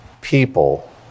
people